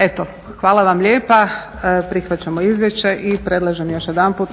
Eto, hvala vam lijepa. Prihvaćamo Izvješće i predlažem još jedanput